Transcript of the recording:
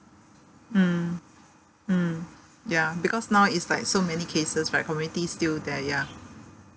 mm mm ya because now it's like so many cases right community still there ya